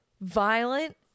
violent